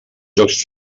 jocs